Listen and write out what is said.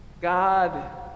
God